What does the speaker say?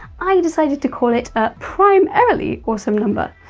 i decided to call it a prime-arily awesome number.